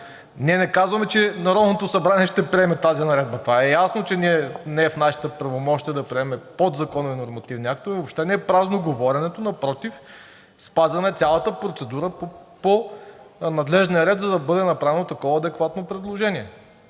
Ние не казваме, че Народното събрание ще приеме тази наредба. Това е ясно, че не е в нашите правомощия да приемем подзаконови нормативни актове. Въобще не е празно говоренето. Напротив, спазваме цялата процедура по надлежния ред, за да бъде направено такова адекватно предложение.